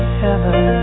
heaven